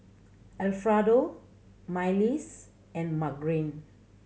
Alfredo Myles and Margene